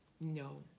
No